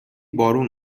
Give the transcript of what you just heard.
بارون